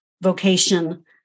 vocation